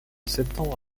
septembre